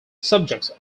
subjects